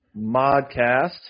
modcast